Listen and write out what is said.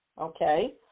okay